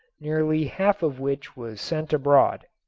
nearly half of which was sent abroad.